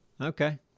Okay